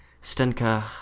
Stenka